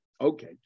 okay